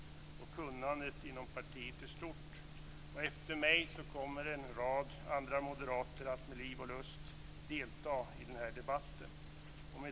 Kunnandet inom partiet är stort. Efter mig kommer en rad andra moderater att med liv och lust delta i den här debatten.